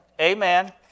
amen